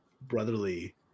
brotherly –